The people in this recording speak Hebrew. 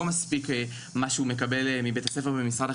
לא מספיק מה שהוא מקבל מבית הספר וממשרד החינוך,